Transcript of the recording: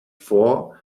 vor